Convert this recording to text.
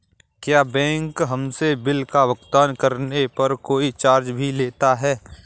क्या बैंक हमसे बिल का भुगतान करने पर कोई चार्ज भी लेता है?